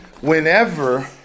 Whenever